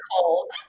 cold